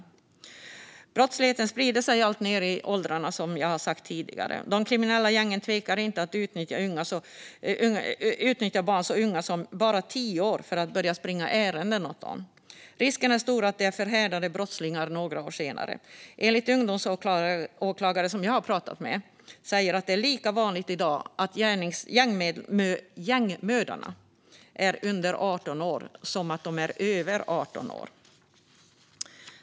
Jag har tidigare tagit upp att brottsligheten sprider sig allt längre ned i åldrarna. De kriminella gängen tvekar inte att utnyttja barn så unga som tio år för att börja springa ärenden åt dem. Risken är stor att dessa barn några år senare har blivit förhärdade brottslingar. Enligt ungdomsåklagare som jag har pratat med är det lika vanligt i dag att gängmördarna är under 18 år som att de är över 18 år.